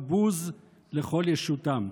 הבוז לכל ישותם.